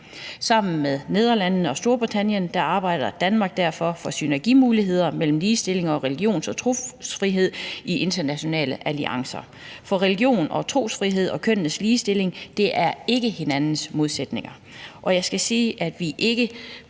Sammen med Nederlandene og Storbritannien arbejder Danmark derfor for synergimuligheder mellem ligestilling og religions- og trosfrihed gennem internationale alliancer. For religions- og trosfrihed og kønnenes ligestilling er ikke hinandens modsætninger. Jeg skal sige, at vi på